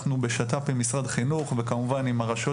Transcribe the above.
אנחנו בשת"פ עם משרד החינוך וכמובן עם הרשויות